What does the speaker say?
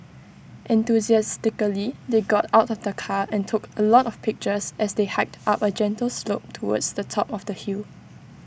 enthusiastically they got out of the car and took A lot of pictures as they hiked up A gentle slope towards the top of the hill